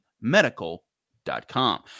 medical.com